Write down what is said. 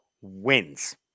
wins